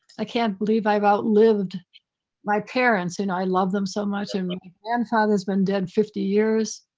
i can't believe i've outlived my parents and i love them so much um and grandfather's been dead fifty years.